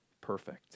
perfect